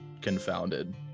confounded